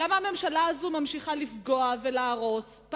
למה הממשלה הזאת ממשיכה לפגוע ולהרוס,